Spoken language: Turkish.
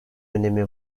önemi